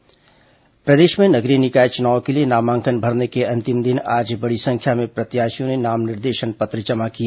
निकाय चुनाव नामांकन प्रदेश में नगरीय निकाय चुनाव के लिए नामांकन भरने के अंतिम दिन आज बड़ी संख्या में प्रत्याशियों ने नाम निर्देशन पत्र जमा किए